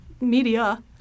media